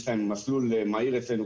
יש להם מסלול מהיר אצלנו,